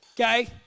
okay